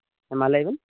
ᱦᱮᱸ ᱢᱟ ᱞᱟᱹᱭ ᱵᱤᱱ